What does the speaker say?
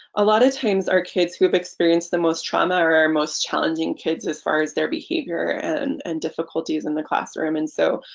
a lot of times our kids who have experienced the most trauma or most challenging kids as far as their behavior and and difficulties in the classroom and so